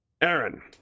Aaron